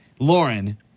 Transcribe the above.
Lauren